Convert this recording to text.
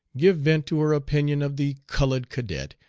give vent to her opinion of the cullud cadet,